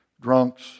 drunks